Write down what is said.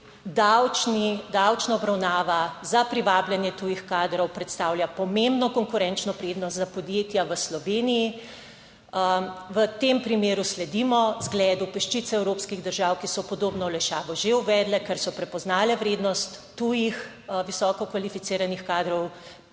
davčni, davčna obravnava za privabljanje tujih kadrov predstavlja pomembno konkurenčno prednost za podjetja v Sloveniji. V tem primeru sledimo zgledu peščice evropskih držav, ki so podobno olajšavo že uvedle, ker so prepoznale vrednost tujih visoko kvalificiranih kadrov, ključnih